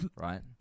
Right